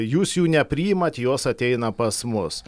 jūs jų nepriimat jos ateina pas mus